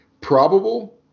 probable